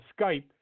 Skype